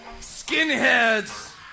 skinheads